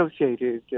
associated